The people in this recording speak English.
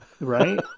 right